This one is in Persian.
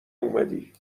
اومدی